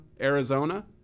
Arizona